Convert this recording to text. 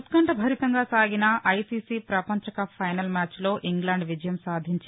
ఉత్కంఠభరితంగా సాగిన ఐసీసీ పపంచకప్ పైనల్ మ్యాచ్లో ఇంగ్లాండ్ విజయం సాధించి